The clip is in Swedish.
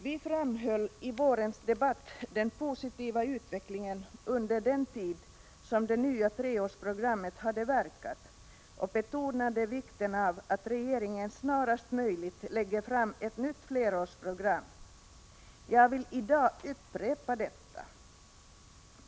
Vi framhöll i vårens debatt den positiva utvecklingen under den tid som det nya treårsprogrammet hade verkat och betonade vikten av att regeringen snarast möjligt lägger fram ett nytt flerårsprogram. Jag vill i dag upprepa detta.